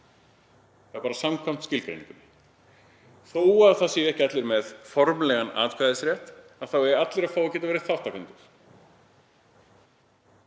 Það er bara samkvæmt skilgreiningunni. Þó að ekki séu allir með formlegan atkvæðisrétt þá eiga allir að geta verið þátttakendur.